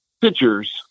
pictures